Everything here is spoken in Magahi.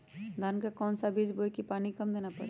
धान का कौन सा बीज बोय की पानी कम देना परे?